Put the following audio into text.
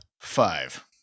five